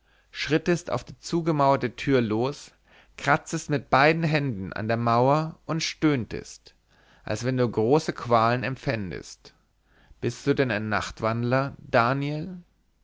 schrittest auf die zugemauerte tür los kratztest mit beiden händen an der mauer und stöhntest als wenn du große qualen empfändest bist du denn ein nachtwandler daniel